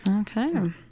Okay